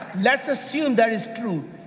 let's assume that is true.